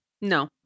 No